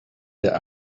der